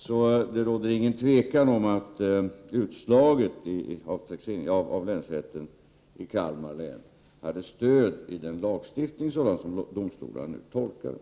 Det råder således ingen tvekan om att utslaget av länsrätten i Kalmar län har stöd i den lagstiftning som domstolarna tolkar.